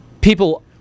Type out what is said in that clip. people